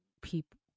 people